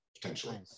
potentially